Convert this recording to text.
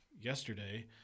yesterday